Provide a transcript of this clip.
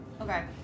Okay